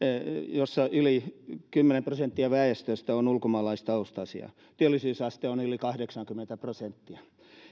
missä yli kymmenen prosenttia väestöstä on ulkomaalaistaustaisia työllisyysaste on yli kahdeksankymmentä prosenttia